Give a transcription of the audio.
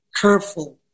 careful